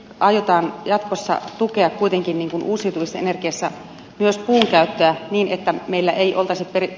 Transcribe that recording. ajetaan jatkossa tukea kuitenkin nipun uusia toisen edessä myös puunkäyttöä niin että meillä ei ota se veri